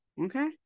Okay